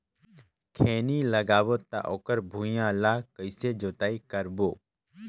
खैनी लगाबो ता ओकर भुईं ला कइसे जोताई करबो?